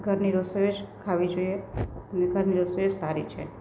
ઘરની રસોઈ જ ખાવી જોઈએ અને ઘરની રસોઈ જ સારી છે